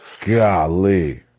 golly